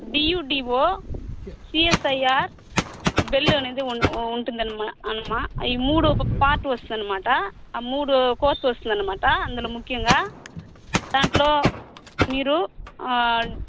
DUDO CSIR బెల్లు అనేది ఉం ఉంటుంది అన్నమాట ఈ మూడు ఒక పార్ట్ వస్తుందన్నమాట ఈ మూడు ఒక కోర్సు వస్తుందన్నమాట అందులో ముఖ్యంగా దాంట్లో మీరు